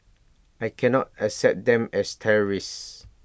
I cannot accept them as terrorists